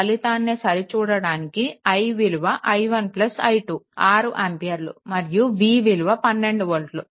ఫలితాన్ని సరిచూడడానికి i విలువ i1 i2 6 ఆంపియర్లు మరియు v విలువ 12 వోల్ట్లు